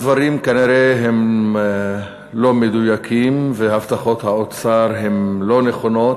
הדברים הם כנראה לא מדויקים והבטחות האוצר הן לא נכונות,